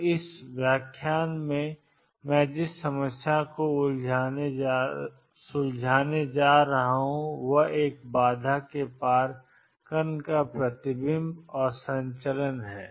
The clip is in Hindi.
तो इस व्याख्यान में मैं जिस समस्या को उलझाने जा रहा हूं वह एक बाधा के पार कण ों का प्रतिबिंब और संचरण है